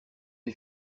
les